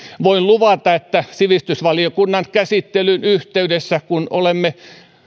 voin luvata että sivistysvaliokunnan käsittelyn yhteydessä kun olemme